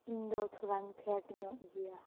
ᱤᱧ ᱫᱚ ᱛᱷᱚᱲᱟᱧ ᱯᱷᱮᱰ ᱧᱚᱜ ᱜᱮᱭᱟ